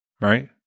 right